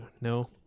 no